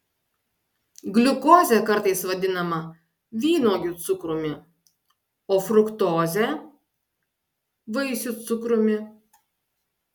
gliukozė kartais vadinama vynuogių cukrumi o fruktozė vaisių cukrumi